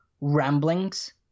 ramblings